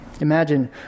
Imagine